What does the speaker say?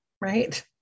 Right